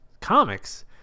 comics